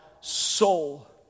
soul